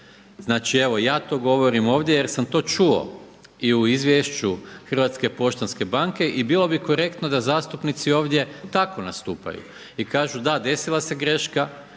Znači evo ja to govorim ovdje jer sam to čuo i u Izvješću Hrvatske poštanske banke i bilo bi korektno da zastupnici ovdje tako nastupaju i kažu da, desila se greška,